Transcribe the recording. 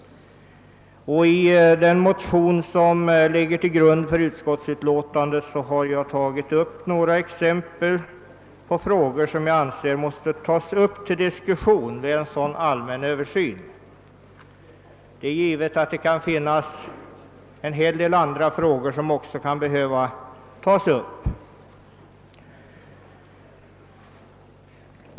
I den motion som ligger till grund för utskottsutlåtandet har jag anfört några exempel på frågor som jag anser måste tas upp till diskussion vid en sådan allmän översyn. Givetvis kan det finnas en hel del andra frågor som också kan behöva behandlas.